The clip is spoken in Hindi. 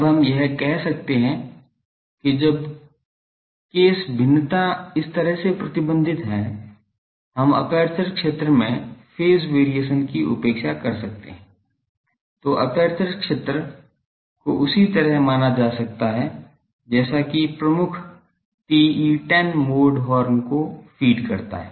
अब हम यह कह सकते हैं कि जब केस भिन्नता इस तरह से प्रतिबंधित है हम एपर्चर क्षेत्र में फेज वेरिएशन की उपेक्षा कर सकते हैं तो एपर्चर क्षेत्र को उसी तरह माना जा सकता है जैसे कि प्रमुख TE10 मोड हॉर्न को फीड करता है